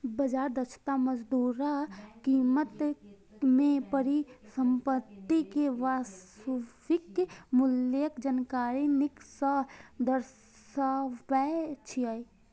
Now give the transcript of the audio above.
बाजार दक्षता मौजूदा कीमत मे परिसंपत्ति के वास्तविक मूल्यक जानकारी नीक सं दर्शाबै छै